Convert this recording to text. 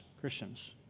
Christians